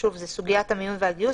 שוב, זו סוגיית המיון והגיוס.